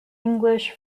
english